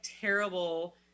terrible